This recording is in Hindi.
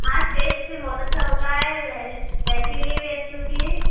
हाँ टेस्टी बहुत अच्छा होता है हेल हेल्थ के लिए भी अच्छी होती है